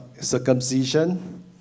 circumcision